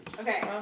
Okay